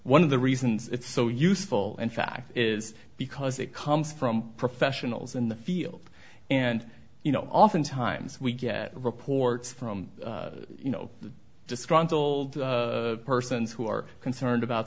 one of the reasons it's so useful in fact is because it comes from professionals in the field and you know oftentimes we get reports from you know disgruntled persons who are concerned about